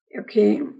okay